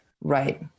right